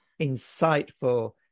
insightful